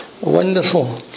Wonderful